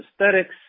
aesthetics